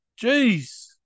Jeez